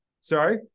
Sorry